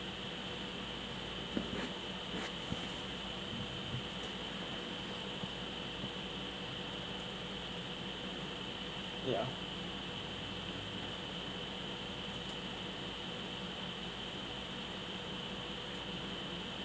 ya